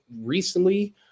recently